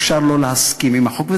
אפשר לא להסכים עם החוק,